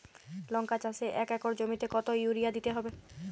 লংকা চাষে এক একর জমিতে কতো ইউরিয়া দিতে হবে?